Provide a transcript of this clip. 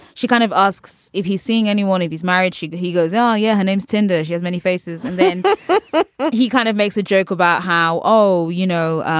she kind of asks if he's seeing anyone, if he's married. she he goes, yeah oh, yeah, her name's tender. she has many faces. and then but he kind of makes a joke about how, oh, you know,